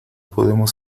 podemos